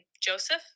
Joseph